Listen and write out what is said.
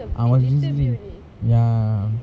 ah was drizzling ya